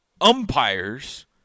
umpires –